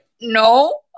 No